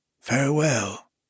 Farewell